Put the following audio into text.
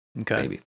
Okay